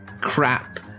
crap